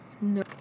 No